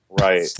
Right